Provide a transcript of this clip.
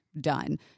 done